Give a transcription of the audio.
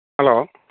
hello